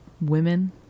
Women